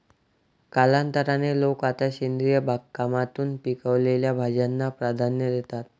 कालांतराने, लोक आता सेंद्रिय बागकामातून पिकवलेल्या भाज्यांना प्राधान्य देतात